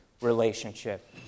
relationship